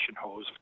hose